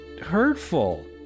hurtful